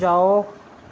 जाओ